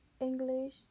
English